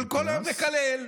אבל כל היום לקלל,